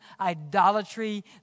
idolatry